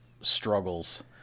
struggles